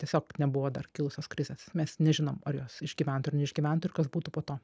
tiesiog nebuvo dar kilusios krizės mes nežinom ar jos išgyventų ar neišgyventų ir kas būtų po to